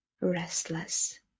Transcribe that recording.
restless